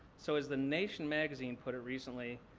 so as the nation magazine put it recently,